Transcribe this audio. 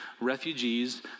refugees